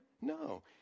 No